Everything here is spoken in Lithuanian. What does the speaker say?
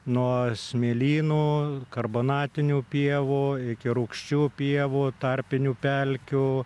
nuo smėlynų karbonatinių pievų iki rūgščių pievų tarpinių pelkių